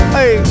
Hey